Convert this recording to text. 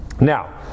Now